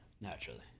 Naturally